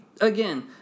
again